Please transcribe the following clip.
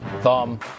thumb